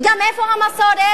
וגם איפה המסורת,